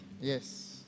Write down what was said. yes